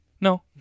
No